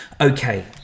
okay